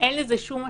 אין לזה שום משמעות.